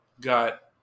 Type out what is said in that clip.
got